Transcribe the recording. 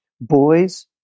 boys